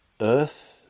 Earth